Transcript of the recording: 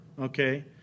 okay